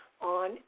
on